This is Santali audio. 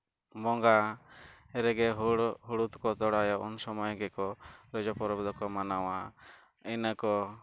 ᱵᱚᱸᱜᱟ ᱨᱮᱜᱮ ᱦᱳᱲᱳ ᱦᱳᱲᱳ ᱠᱚ ᱛᱚᱲᱟᱭᱟᱵᱚᱱ ᱩᱱ ᱥᱚᱢᱚᱭ ᱜᱮ ᱠᱚ ᱨᱚᱡᱚ ᱯᱚᱨᱚᱵᱽ ᱫᱚᱠᱚ ᱢᱟᱱᱟᱣᱟ ᱤᱱᱟᱹ ᱠᱚ